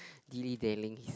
dilly dallying